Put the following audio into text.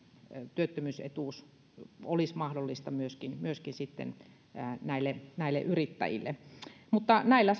työttömyysetuus olisi mahdollista myöskin myöskin sitten näille näille yrittäjille näillä